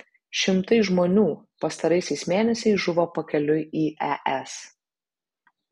šimtai žmonių pastaraisiais mėnesiais žuvo pakeliui į es